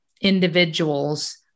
individuals